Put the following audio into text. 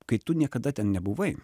kai tu niekada ten nebuvai